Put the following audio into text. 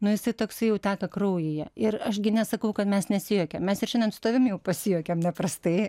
nu jisai toksai jau teka kraujyje ir aš gi nesakau kad mes nesijuokiam mes ir šiandien su tavim jau pasijuokėm neprastai